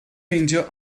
meindio